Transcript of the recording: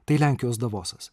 tai lenkijos davosas